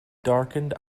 darkened